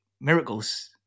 miracles